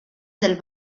del